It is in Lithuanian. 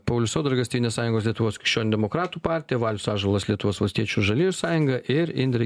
paulius saudargas tėvynės sąjungos lietuvos krikščionių demokratų partija valius ąžuolas lietuvos valstiečių žaliųjų sąjunga ir indrė